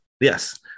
Yes